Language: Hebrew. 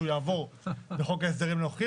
שהוא יעבור בחוק ההסדרים הנוכחי.